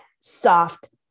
soft